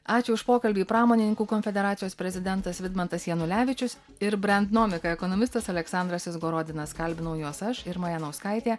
ačiū už pokalbį pramonininkų konfederacijos prezidentas vidmantas janulevičius ir brentnomika ekonomistas aleksandras izgorodinas kalbinau juos aš irma janauskaitė